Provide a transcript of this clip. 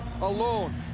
alone